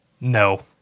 No